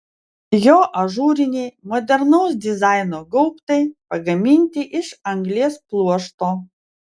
jo ažūriniai modernaus dizaino gaubtai pagaminti iš anglies pluošto